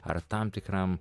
ar tam tikram